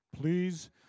Please